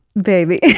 baby